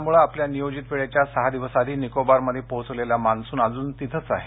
उमपून वादळामुळे आपल्या नियोजित वेळेच्या सहा दिवस आधी निकोबार मध्ये पोहोचलेला मान्सून अजून तिथेच आहे